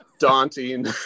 Daunting